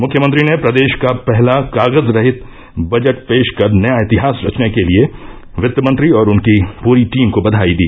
मुख्यमंत्री ने प्रदेश का पहला कागजरहित बजट पेश कर नया इतिहास रचने के लिए वित्त मंत्री और उनकी पूरी टीम को बचाई दी